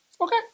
Okay